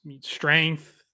strength